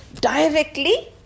directly